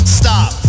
stop